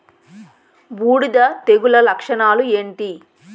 బూడిద తెగుల లక్షణాలు ఏంటి?